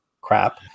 crap